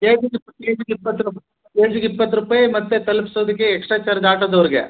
K ಜಿಗೆ ಇಪ್ಪತ್ತು K ಜಿಗೆ ಇಪ್ಪತ್ತು ರೂ ಕೆ ಜಿಗೆ ಇಪ್ಪತ್ತು ರೂಪಾಯಿ ಮತ್ತು ತಲ್ಪಿಸೋದಕ್ಕೆ ಎಕ್ಸ್ಟ್ರ ಚಾರ್ಜ್ ಆಟೋದವ್ರಿಗೆ